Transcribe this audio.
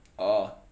oh